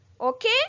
Okay